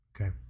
okay